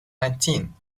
nineteen